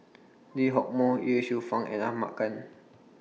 Lee Hock Moh Ye Shufang and Ahmad Khan